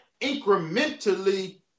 incrementally